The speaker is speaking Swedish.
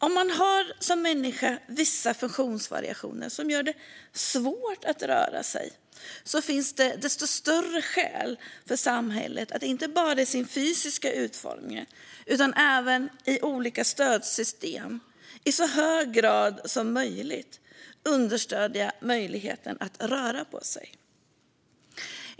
Om en människa har vissa funktionsvariationer som gör det svårt att röra sig finns desto större skäl för samhället att inte bara i sin fysiska utformning utan även via olika stödsystem i så hög grad som möjligt understödja möjligheten att röra på sig.